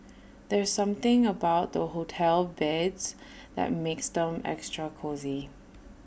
there's something about hotel beds that makes them extra cosy